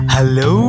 Hello